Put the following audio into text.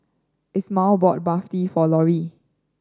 Isamar bought Barfi for Lorie